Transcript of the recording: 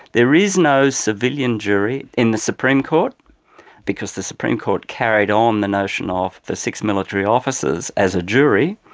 there is no civilian jury in the supreme court because the supreme court carried on um the notion of the six military officers as a jury.